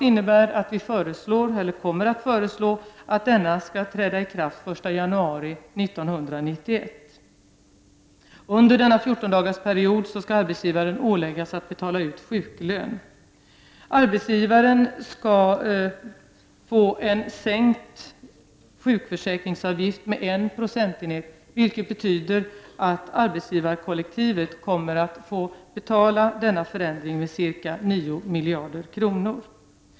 Detta skall enligt förslaget träda i kraft den 1 januari 1991. Under denna 14-dagarsperiod skall arbetsgivaren åläggas att betala ut sjuklön. Arbetsgivaren får en med en procentenhet sänkt sjukförsäkringsavgift, vilket betyder att arbetsgivarkollektivet kommer att få betala denna förändring med ca 9 miljarder kronor.